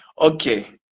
Okay